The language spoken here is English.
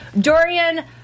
Dorian